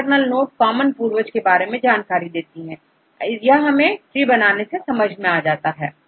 internal nodes common पूर्वज के बारे में जानकारी देती है यह हमें ट्री बनाने से समझ आता है